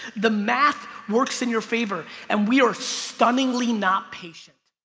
the math works in your favor and we are stunningly not patient.